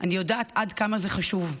אני יודעת עד כמה זה חשוב.